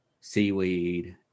seaweed